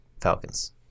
Falcons